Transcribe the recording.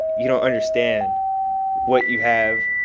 you don't understand what you have.